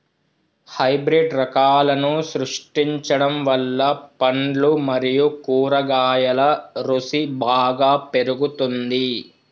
hybrid రకాలను సృష్టించడం వల్ల పండ్లు మరియు కూరగాయల రుసి బాగా పెరుగుతుంది